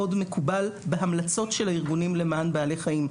מקובל בהמלצות של הארגונים למען בעלי חיים.